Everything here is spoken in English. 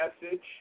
message